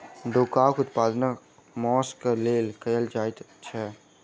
डोकाक उत्पादन मौंस क लेल कयल जाइत छै